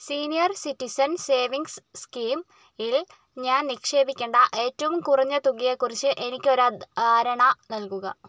senior citizen savings സ്കീമിൽ ഞാൻ നിക്ഷേപിക്കണ്ട ഏറ്റവും കുറഞ്ഞ തുകയെക്കുറിച്ച് എനിക്ക് ഒരു ധാരണ നൽകുക